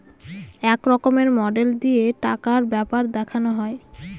এক রকমের মডেল দিয়ে টাকার ব্যাপার দেখানো হয়